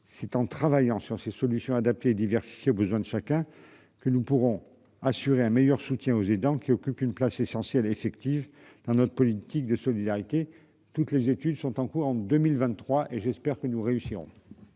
c'est en travaillant sur ces solutions adaptées diversifiées au besoin de chacun que nous pourrons assurer un meilleur soutien aux aidants qui occupe une place essentielle effective dans notre politique de solidarité. Toutes les études sont en cours en 2023 et j'espère que nous réussirons.